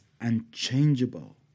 unchangeable